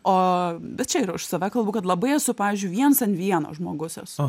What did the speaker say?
o bet čia ir už save kalbu kad labai esu pavyzdžiui viens ant vieno žmogus esu